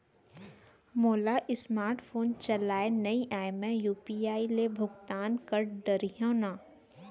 मोला smart phone चलाए नई आए मैं यू.पी.आई ले भुगतान कर डरिहंव न?